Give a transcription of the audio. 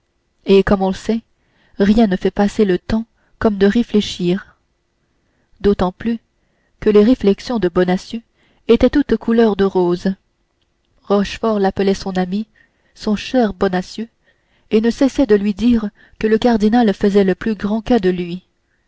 et comme on sait rien ne fait passer le temps comme de réfléchir d'autant plus que les réflexions de bonacieux étaient toutes couleur de rose rochefort l'appelait son ami son cher bonacieux et ne cessait de lui dire que le cardinal faisait le plus grand cas de lui